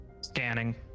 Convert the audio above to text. Scanning